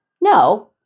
no